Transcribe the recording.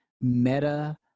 meta